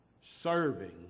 serving